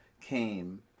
came